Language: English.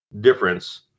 difference